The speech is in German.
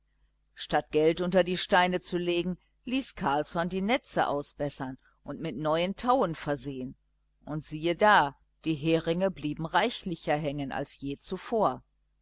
statt geld unter die steine zu legen ließ carlsson die netze ausbessern und mit neuen tauen versehen und siehe da die heringe blieben reichlicher hängen denn je zuvor